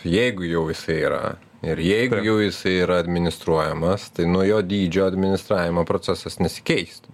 jeigu jau jisai yra ir jeigu jau jisai yra administruojamas tai nuo jo dydžio administravimo procesas nesikeistų